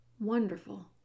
wonderful